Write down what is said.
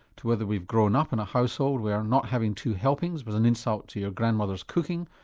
to whether we've grown up in a household where not having two helpings was an insult to your grandmother's cooking,